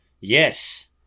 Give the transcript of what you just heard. Yes